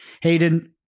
Hayden